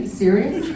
serious